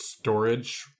storage